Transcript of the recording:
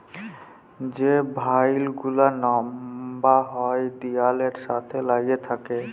যে ভাইল গুলা লম্বা হ্যয় দিয়ালের সাথে ল্যাইগে থ্যাকে